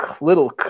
little